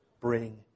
Bring